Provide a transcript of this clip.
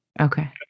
Okay